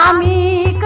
um me